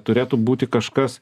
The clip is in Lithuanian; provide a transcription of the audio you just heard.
turėtų būti kažkas